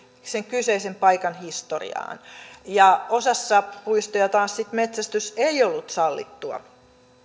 sen kyseisen paikan historiaan ja osassa puistoja taas sitten metsästys ei ollut sallittua